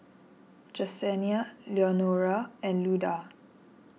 Jesenia Leonora and Luda